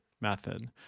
method